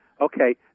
Okay